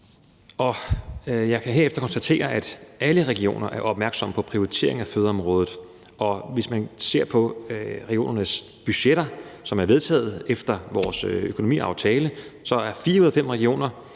Jeg kan herefter konstatere, at alle regioner er opmærksomme på prioriteringen af fødeområdet, og hvis man ser på regionernes budgetter, som er vedtaget efter vores økonomiaftale, har fire ud af fem regioner